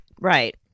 right